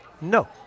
No